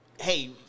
hey